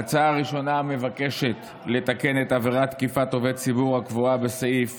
ההצעה הראשונה מבקשת לתקן את עבירת תקיפת עובד ציבור הקבועה בסעיף